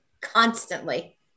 constantly